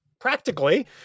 practically